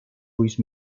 ulls